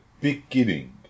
beginning